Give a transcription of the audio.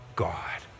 God